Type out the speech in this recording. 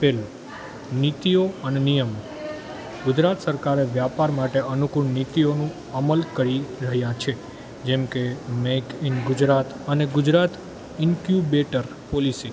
પહેલું નીતિઓ અને નિયમો ગુજરાત સરકારે વ્યાપાર માટે અનુકૂળ નીતિઓનું અમલ કરી રહ્યાં છે જેમ કે કે મેક ઈન ગુજરાત અને ગુજરાત ઇન્કયુબેટર પોલિસી